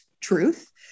truth